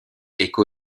éco